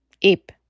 Ip